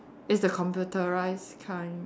it's the computerised kind